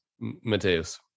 Mateus